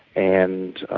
and